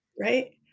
Right